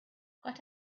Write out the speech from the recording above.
got